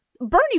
Bernie